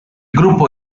gruppo